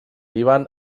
líban